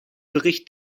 bericht